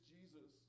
Jesus